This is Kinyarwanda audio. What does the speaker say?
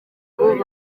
bubaye